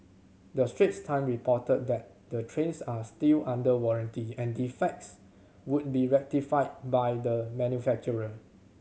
the Straits Time reported that the trains are still under warranty and defects would be rectified by the manufacturer